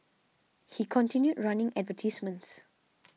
he continued running advertisements